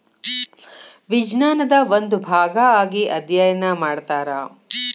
ವಿಜ್ಞಾನದ ಒಂದು ಭಾಗಾ ಆಗಿ ಅದ್ಯಯನಾ ಮಾಡತಾರ